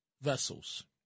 vessels